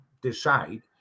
decide